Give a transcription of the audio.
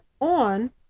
on